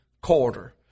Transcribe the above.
quarter